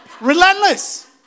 Relentless